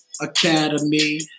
Academy